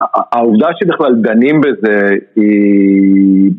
העובדה שבכלל דנים בזה היא...